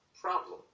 problem